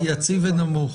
יציב ונמוך